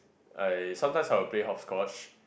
I sometimes I will play hop scotch